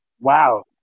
wow